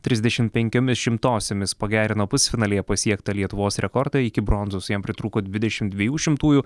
trisdešim penkiomis šimtosiomis pagerino pusfinalyje pasiektą lietuvos rekordą iki bronzos jam pritrūko dvidešimt dviejų šimtųjų